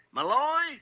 Malloy